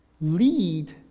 Lead